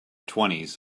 twenties